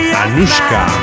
anushka